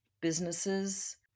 businesses